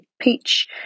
peach